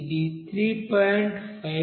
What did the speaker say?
ఇది 3